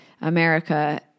America